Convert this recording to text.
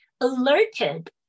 alerted